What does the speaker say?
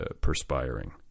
perspiring